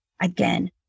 Again